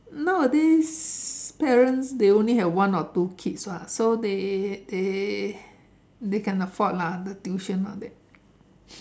nowadays parents they only have one or two kids lah they they they can afford lah the things here now that